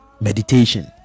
Meditation